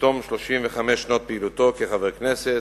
בתום 35 שנות פעילותו כחבר כנסת,